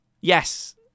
Yes